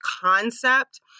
concept